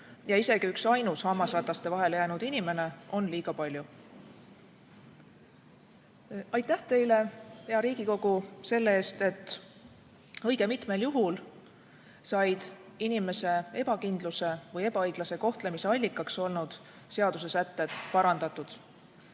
ja isegi üksainus hammasrataste vahele jäänud inimene on liiga palju. Aitäh teile, hea Riigikogu, selle eest, et õige mitmel juhul said inimese ebakindluse või ebaõiglase kohtlemise allikaks olnud seadusesätted parandatud.